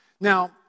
Now